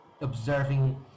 observing